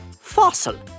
fossil